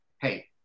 hey